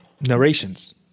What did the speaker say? narrations